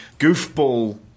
goofball